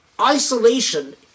isolation